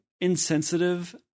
insensitive